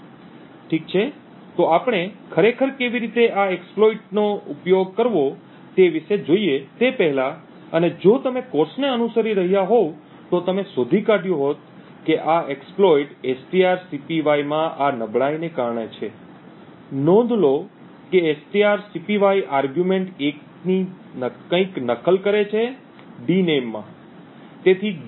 ઠીક છે તો આપણે ખરેખર કેવી રીતે આ એક્સપ્લોઇટ નો ઉપયોગ કરવો તે વિશે જોઈએ તે પહેલાં અને જો તમે કોર્સને અનુસરી રહ્યા હોવ તો તમે શોધી કાઢ્યું હોત કે આ એક્સપ્લોઇટ strcpy માં આ નબળાઈને કારણે છે નોંધ લો કે strcpy આર્ગ્યુમેન્ટ 1 થી કંઈક નકલ કરે છે ડિનેમ માં